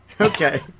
Okay